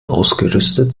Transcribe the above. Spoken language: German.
ausgerüstet